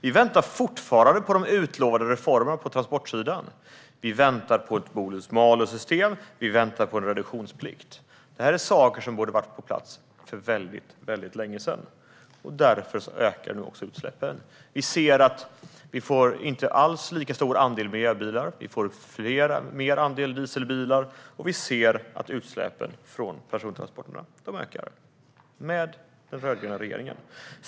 Vi väntar fortfarande på de utlovade reformerna på transportsidan. Vi väntar på ett bonus-malus-system. Vi väntar på en reduktionsplikt. Dessa saker borde ha varit på plats för väldigt länge sedan, och därför ökar nu också utsläppen. Vi får inte alls en lika stor andel miljöbilar, vi får en större andel dieselbilar och vi ser att utsläppen från persontransporterna ökar. Allt detta sker under den rödgröna regeringen.